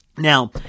Now